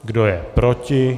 Kdo je proti?